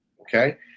okay